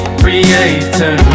creator